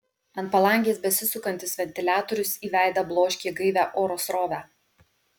ant palangės besisukantis ventiliatorius į veidą bloškė gaivią oro srovę